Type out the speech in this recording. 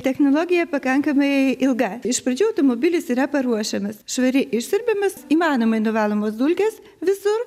technologija pakankamai ilga iš pradžių automobilis yra paruošiamas švariai išsiurbiamas įmanomai nuvalomos dulkės visur